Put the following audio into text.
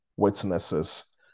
witnesses